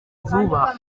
vuba